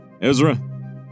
Ezra